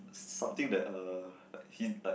s~ something that uh like he like